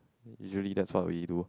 usually that's what we do